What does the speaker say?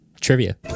trivia